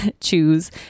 choose